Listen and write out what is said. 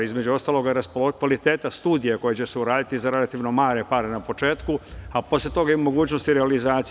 Između ostalog i od kvaliteta studija koje će se uraditi za relativno male pare na početku, a posle toga i mogućnosti realizacije.